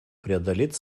преодолеть